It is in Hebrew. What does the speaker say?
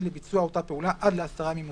לביצוע אותה פעולה עד לעשרה ימים נוספים,